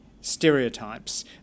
stereotypes